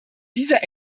dieser